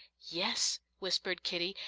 yes, whispered kitty,